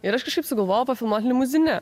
ir aš kažkaip sugalvojau pafilmuot limuzine